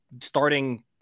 starting